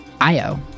Io